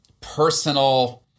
personal